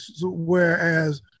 whereas